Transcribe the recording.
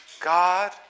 God